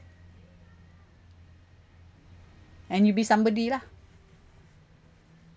and you'll be somebody lah